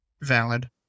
Valid